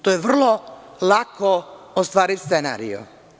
To je vrlo lako ostvariv scenario.